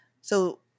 So-